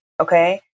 Okay